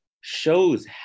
shows